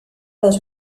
dos